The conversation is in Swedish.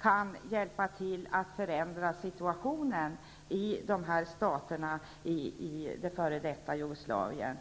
kan hjälpa till att förändra situationen i dessa stater i det förra Jugoslavien.